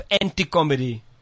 Anti-comedy